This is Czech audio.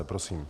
Prosím.